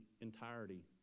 entirety